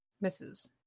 Misses